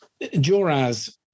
Joraz